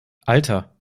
alter